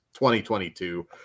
2022